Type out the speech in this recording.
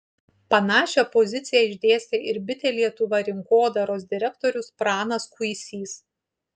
panašią poziciją išdėstė ir bitė lietuva rinkodaros direktorius pranas kuisys